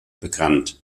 bekannt